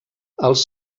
els